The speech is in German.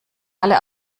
alle